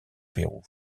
pérou